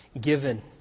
given